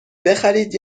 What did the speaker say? بخرید